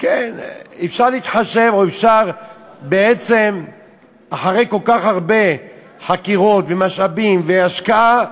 אפשר להתחשב או אפשר בעצם אחרי כל כך הרבה חקירות ומשאבים והשקעה,